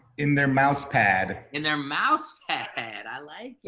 in their mouse pad. in their mouse pad? i like it.